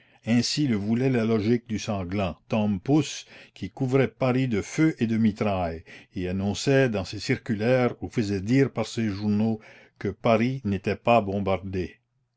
ainsi le voulait la logique du sanglant tom pouce qui couvrait paris de feu et de mitraille et annonçait dans ses circulaires ou faisait dire par ses journaux que paris n'était pas bombardé